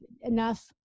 enough